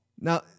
Now